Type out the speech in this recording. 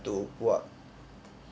to pull up